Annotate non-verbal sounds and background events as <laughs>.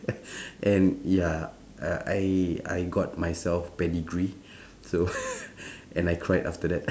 <laughs> <breath> and ya uh I I got myself pedigree <breath> so <laughs> and I cried after that <laughs>